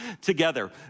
together